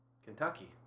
Kentucky